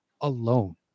alone